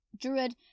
Druid